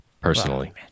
personally